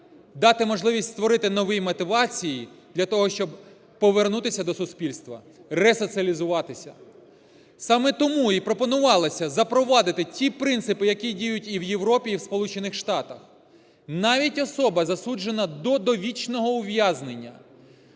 Дати можливість створити можливість новій мотивації для того, щоб повернутися до суспільства, ресоціалізуватися. Саме тому і пропонувалося запровадити ті принципи, які діють і в Європі, і в Сполучених Штатах. Навіть особа, засуджена до довічного ув'язнення,